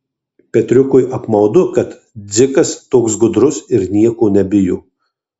petriukui apmaudu kad dzikas toks gudrus ir nieko nebijo